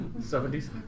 70s